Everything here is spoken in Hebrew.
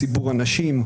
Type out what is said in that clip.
ציבור הנשים,